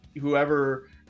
whoever